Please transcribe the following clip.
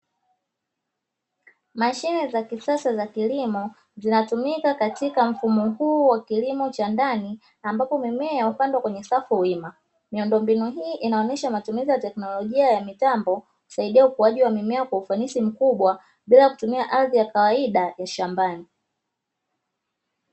Mashine za kisasa za kilimo zinatumika katika mfumo huo wa kilimo cha ndani, ambapo mmea hupandwa kwenye safu wima. Miundombinu hii inaonyesha matumizi ya teknolojia ya mitambo kusaidia ukuaji wa mimea kwa ufanisi mkubwa bila kutumia ardhi ya kawaida ya shambani.